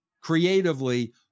creatively